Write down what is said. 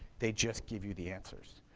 they just give you the answers.